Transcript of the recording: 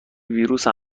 ویروس